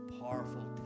powerful